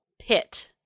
pit